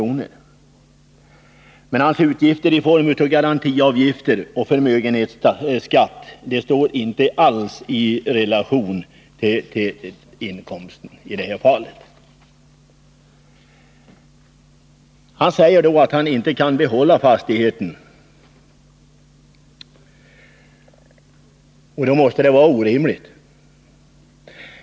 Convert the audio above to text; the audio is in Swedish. per år och tomt — hans utgifter i form av garantiavgifter och förmögenhetsskatt står alltså inte allsi relation till hans inkomst i det här fallet, varför han säger att han inte kan behålla fastigheten. Detta är ju orimligt!